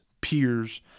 peers